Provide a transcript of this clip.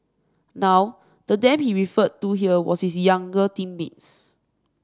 now the them he referred to here was his younger teammates